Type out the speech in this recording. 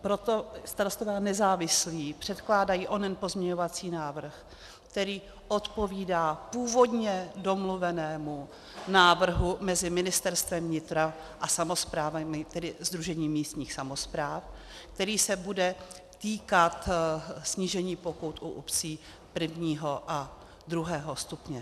Proto Starostové a nezávislí předkládají onen pozměňovací návrh, který odpovídá původně domluvenému návrhu mezi Ministerstvem vnitra a samosprávami, tedy Sdružením místních samospráv, který se bude týkat snížení pokut u obcí prvního a druhého stupně.